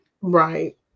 Right